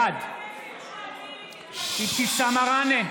בעד אבתיסאם מראענה,